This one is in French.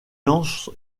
lance